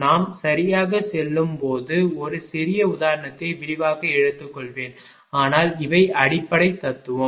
நாம் சரியாகச் செல்லும் போது ஒரு சிறிய உதாரணத்தை விரிவாக எடுத்துக்கொள்வேன் ஆனால் இவை அடிப்படை தத்துவம்